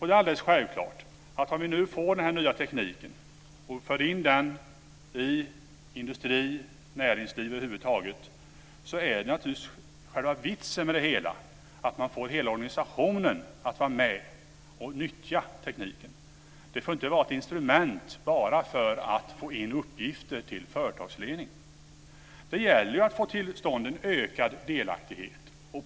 Det är alldeles självklart att om vi nu får den här nya tekniken och för in den i industri och i näringsliv över huvud taget är själva vitsen med det hela att få hela organisationen att vara med och nyttja tekniken. Den får inte bara vara ett instrument för att få in uppgifter till företagsledningen. Det gäller ju att få till stånd en ökad delaktighet.